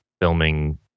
filming